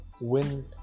win